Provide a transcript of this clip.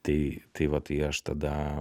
tai tai va tai aš tada